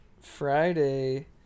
Friday